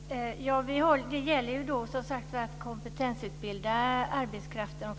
Fru talman! Det gäller som sagt var att kompetensutbilda arbetskraften.